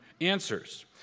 answers